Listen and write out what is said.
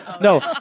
No